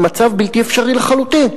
במצב בלתי אפשרי לחלוטין.